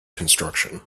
construction